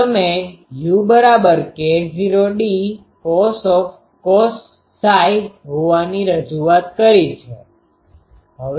તમે uK૦d cos હોવાની રજૂઆત કરી છે